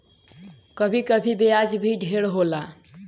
कभी कभी ब्याज भी ढेर होला